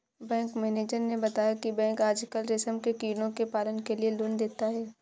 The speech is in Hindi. बैंक मैनेजर ने बताया की बैंक आजकल रेशम के कीड़ों के पालन के लिए लोन देता है